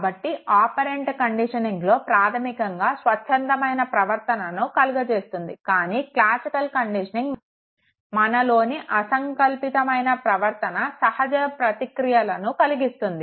కాబట్టి operant conditioning లో ప్రాధమికంగా స్వచ్ఛందమైన ప్రవర్తనను కలుగచేస్తుంది కానీ క్లాసికల్ కండిషనింగ్ మనలోని అసంకల్పితమైన ప్రవర్తన సహజ ప్రతిక్రియలను కలిగిస్తుంది